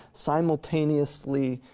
simultaneously